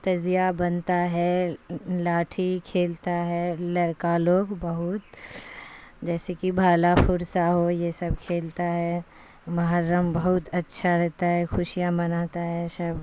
تعزیہ بنتا ہے لاٹھی کھیلتا ہے لڑکا لوگ بہت جیسے کہ بھالا فرسہ ہو یہ سب کھیلتا ہے محرم بہت اچھا رہتا ہے خوشیاں مناتا ہے سب